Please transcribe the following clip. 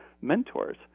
mentors